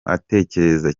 atekereza